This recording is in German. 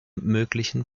möglichen